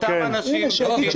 אותם אנשים שהתקשרו אלינו --- הינה,